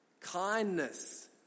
kindness